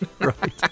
Right